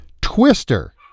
Twister